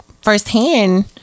firsthand